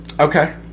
okay